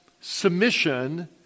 submission